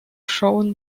shown